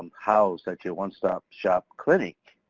how is that your one-stop-shop clinic?